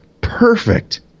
perfect